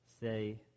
say